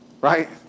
Right